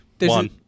one